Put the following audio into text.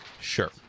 Sure